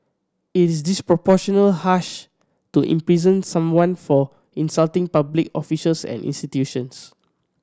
is disproportionately harsh to imprison someone for insulting public officials and institutions